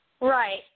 Right